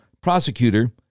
prosecutor